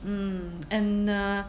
mm and uh